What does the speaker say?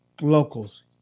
locals